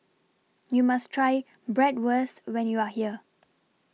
YOU must Try Bratwurst when YOU Are here